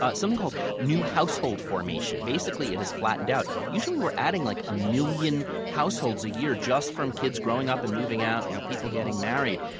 something called new household formation, basically it has flattened out. usually, we're adding like a million households a year, just from kids growing up and moving out, you know people getting married.